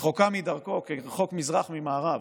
רחוקה מדרכו כרחוק מזרח ממערב.